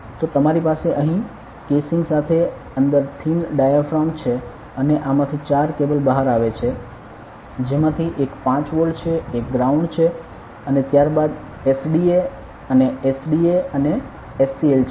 તો તમારી પાસે અહીં કેસિંગ સાથે અંદર થિન ડાયાફ્રામ છે અને આમાંથી ચાર કેબલ બહાર આવે છે જેમાંથી એક 5 વોલ્ટ છે એક ગ્રાઉંડ છે અને ત્યારબાદ SDA અને SDA અને SCL છે